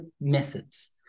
methods